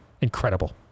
incredible